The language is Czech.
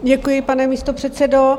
Děkuji, pane místopředsedo.